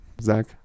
zach